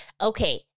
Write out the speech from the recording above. Okay